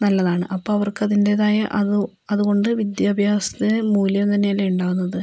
നല്ലതാണ് അപ്പം അവർക്കതിൻ്റേതായ അറിവ് അതുകൊണ്ട് വിദ്യാഭ്യാസത്തെ മൂല്യം തന്നെയല്ലേ ഇണ്ടാവുന്നത്